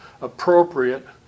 appropriate